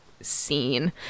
scene